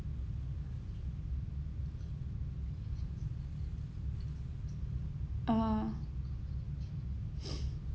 ah